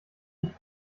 nicht